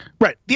Right